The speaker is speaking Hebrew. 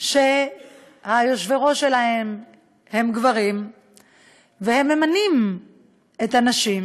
שהיושבי-ראש שלהן הם גברים והם ממנים את הנשים,